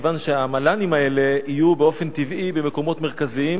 מכיוון שהמל"נים האלה יהיו באופן טבעי במקומות מרכזיים,